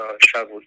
travel